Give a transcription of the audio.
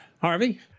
Harvey